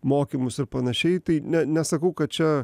mokymus ir panašiai tai ne nesakau kad čia